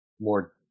more